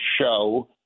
show